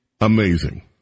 amazing